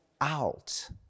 out